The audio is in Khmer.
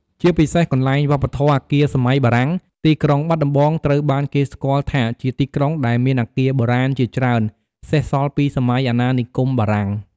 ជាពិសេសកន្លែង វប្បធម៌អគារសម័យបារាំង ទីក្រុងបាត់ដំបងត្រូវបានគេស្គាល់ថាជាទីក្រុងដែលមានអគារបុរាណជាច្រើនសេសសល់ពីសម័យអាណានិគមបារាំង។